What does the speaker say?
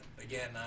again